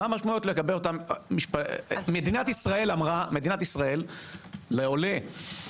מדינת ישראל אמרה לעולה,